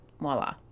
voila